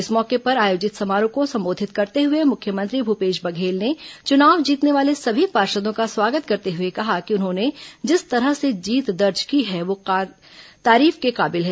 इस मौके पर आयोजित समारोह को संबोधित करते हुए मुख्यमंत्री भूपेश बघेल ने चुनाव जीतने वाले सभी पार्षदों का स्वागत करते हुए कहा कि उन्होंने जिस तरह से जीत दर्ज की है वह तारीफ के काबिल है